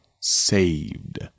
saved